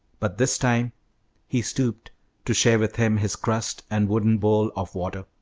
but this time he stooped to share with him his crust and wooden bowl of water.